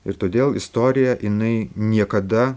ir todėl istorija jinai niekada